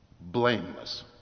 blameless